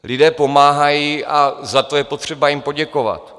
Lidé pomáhají a za to je potřeba jim poděkovat.